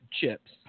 chips